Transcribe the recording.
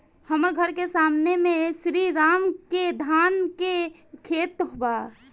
हमर घर के सामने में श्री राम के धान के खेत बा